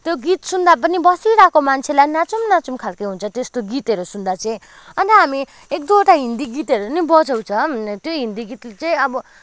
त्यो गीत सुन्दा पनि बसिरहेको मान्छेलाई नाचौँ नाचौँ खालके हुन्छ त्यस्तो गीतहरू सुन्दा चाहिँ अन्त हामी एक दुईवटा हिन्दी गीतहरू पनि बजाउँछ त्यो हिन्दी गीतले चाहिँ अब